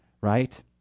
right